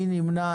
מי נמנע?